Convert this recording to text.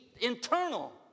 internal